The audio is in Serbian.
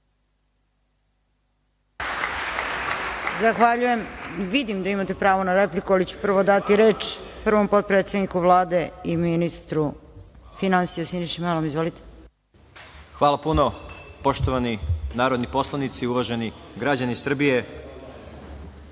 Hvala puno. Poštovani narodni poslanici, uvaženi građani Srbije,